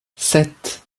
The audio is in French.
sept